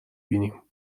بینیم